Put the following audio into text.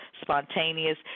spontaneous